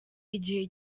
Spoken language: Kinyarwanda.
igihe